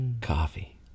Coffee